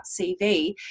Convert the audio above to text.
CV